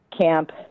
camp